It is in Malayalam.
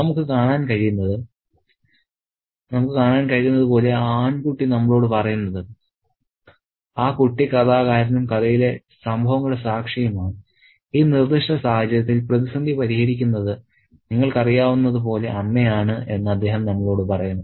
നമുക്ക് കാണാൻ കഴിയുന്നത് പോലെ ആ ആൺകുട്ടി നമ്മളോട് പറയുന്നത് ആ കുട്ടി കഥാകാരനും കഥയിലെ സംഭവങ്ങളുടെ സാക്ഷിയുമാണ് ഈ നിർദ്ദിഷ്ട സാഹചര്യത്തിൽ പ്രതിസന്ധി പരിഹരിക്കുന്നത് നിങ്ങൾക്കറിയാവുന്നത് പോലെ അമ്മയാണ് എന്ന് അദ്ദേഹം നമ്മളോട് പറയുന്നു